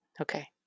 Okay